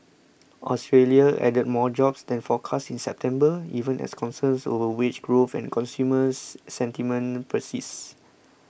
Australia added more jobs than forecast in September even as concerns over wage growth and consumer sentiment persists